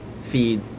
feed